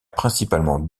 principalement